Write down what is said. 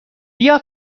بیا